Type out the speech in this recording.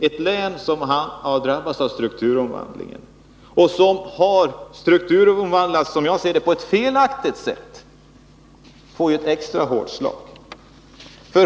Ett län som har strukturomvandlats på ett, som jag ser det, felaktigt sätt får ett extra hårt slag.